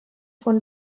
von